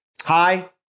Hi